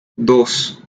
dos